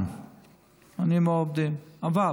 אני עם העובדים, אבל